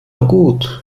gut